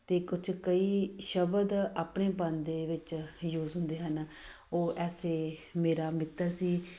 ਅਤੇ ਕੁਛ ਕਈ ਸ਼ਬਦ ਆਪਣੇਪਨ ਦੇ ਵਿੱਚ ਯੂਜ ਹੁੰਦੇ ਹਨ ਉਹ ਐਸੇ ਮੇਰਾ ਮਿੱਤਰ ਸੀ